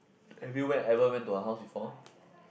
have you went ever went to her house before